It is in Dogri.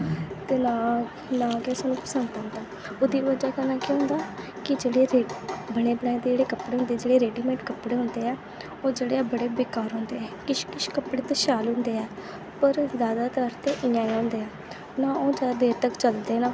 ते नां किश सानू पंसद आंदा ओ्हदी बजह कन्नै केह् होंदा कि जेह्डे बने बनाए दे जेह्ड़े कपड़े होंदे जेह्ड़े रेडीमेड कपड़े होंदे ऐ ओह् जेह्ड़े बड़े बेकार होंदे किश किश कपड़े ते शैल होंदे पर जैदातर ते इ'यां गै होंदे न ओह् जैदा देर तक चलदे न